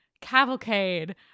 Cavalcade